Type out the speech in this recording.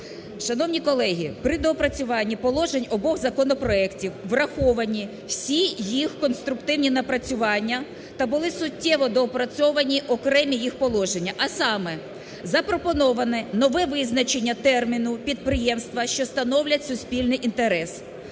Шановні колеги, при доопрацюванні положень обох законопроектів враховані всі їх конструктивні напрацювання та були суттєво доопрацьовані окремі їх положення, а саме, запропоноване нове визначення терміну підприємства, що становлять суспільний інтерес.